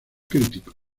críticos